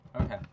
okay